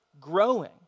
growing